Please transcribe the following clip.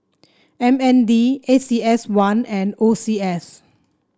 M N D A C S one and O C S